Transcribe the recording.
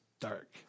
dark